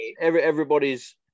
everybody's